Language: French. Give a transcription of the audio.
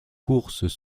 courses